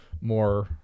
more